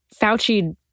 Fauci